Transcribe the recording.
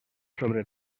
sobre